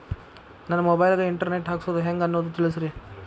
ನನ್ನ ಮೊಬೈಲ್ ಗೆ internet ಹಾಕ್ಸೋದು ಹೆಂಗ್ ಅನ್ನೋದು ತಿಳಸ್ರಿ